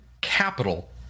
capital